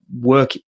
work